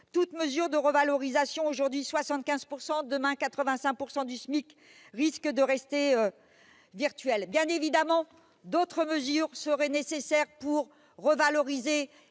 toute mesure de revalorisation- aujourd'hui 75 %, demain 85 % du SMIC -risque de rester virtuelle. Bien évidemment, d'autres mesures seraient nécessaires pour revaloriser